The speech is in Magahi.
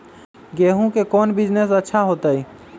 गेंहू के कौन बिजनेस अच्छा होतई?